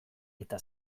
eta